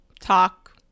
talk